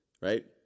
Right